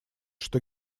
что